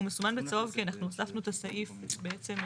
הוא מסומן בצהוב כי אנחנו הוספנו את הסעיף אחרי.